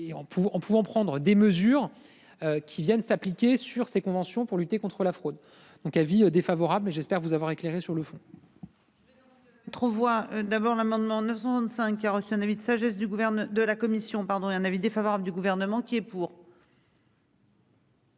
Et. Pouvant prendre des mesures. Qui viennent s'appliquer sur ces conventions pour lutter contre la fraude. Donc, avis défavorable mais j'espère vous avoir éclairé sur le fond.--